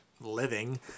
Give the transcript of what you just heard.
living